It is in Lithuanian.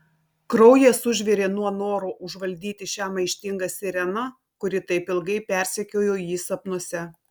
kraujas užvirė nuo noro užvaldyti šią maištingą sireną kuri taip ilgai persekiojo jį sapnuose